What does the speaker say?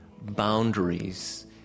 boundaries